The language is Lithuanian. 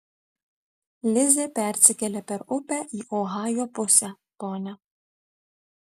lizė persikėlė per upę į ohajo pusę ponia